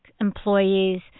employees